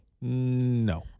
No